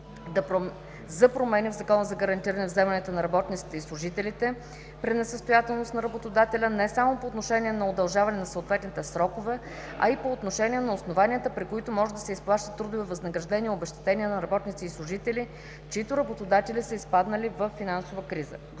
за промени в Закона за гарантираните вземания на работниците и служителите при несъстоятелност на работодателя не само по отношение на удължаване на съответните срокове, но и по отношение на основанията, при които може да се изплащат трудови възнаграждения и обезщетения на работници и служители, чиито работодатели са изпаднали във финансова криза.